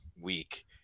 week